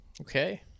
Okay